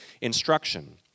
instruction